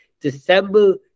December